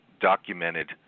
documented